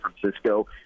Francisco